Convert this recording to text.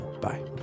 Bye